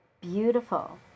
beautiful